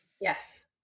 Yes